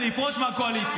אני אפרוש מהקואליציה,